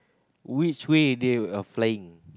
which way they are flying